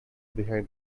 behind